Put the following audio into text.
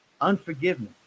unforgiveness